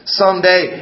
someday